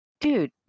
dude